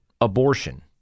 abortion